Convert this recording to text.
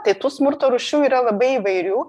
tai tų smurto rūšių yra labai įvairių